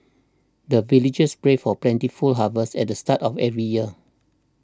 the villagers pray for plentiful harvest at the start of every year